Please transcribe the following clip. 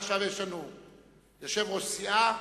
עכשיו יש לנו יושב-ראש סיעה,